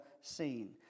seen